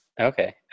Okay